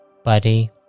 Buddy